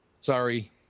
Sorry